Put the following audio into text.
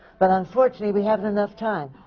but unfortunately we haven't enough time,